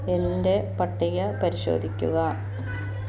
എൻ്റെ പട്ടിക പരിശോധിക്കുക